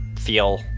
feel